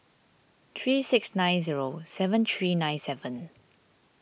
three six nine zero seven three nine seven